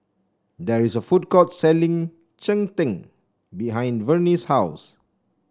there is a food court selling Cheng Tng behind Vernie's house